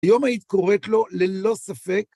היום היית קוראת לו, ללא ספק,